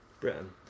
Britain